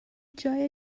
جای